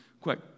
quick